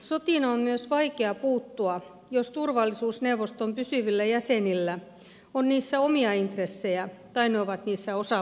sotiin on myös vaikea puuttua jos turvallisuusneuvoston pysyvillä jäsenillä on niissä omia intressejä tai ne ovat niissä osapuolia